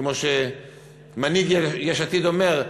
כמו שמנהיג יש עתיד אומר: